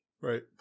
right